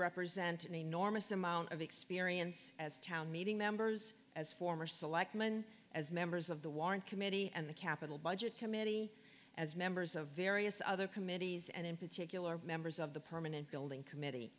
represent an enormous amount of experience as town meeting members as former selectman as members of the warren committee and the capital budget committee as members of various other committees and in particular members of the permanent building committee